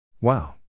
Wow